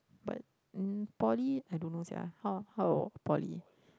but um poly I don't know sia how how about poly